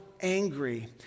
angry